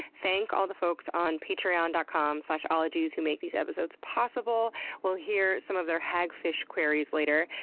thank all the folks on patreon dot com slash ologies who make these episodes possible we'll hear some of their hagfish queries later!